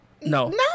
No